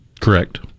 Correct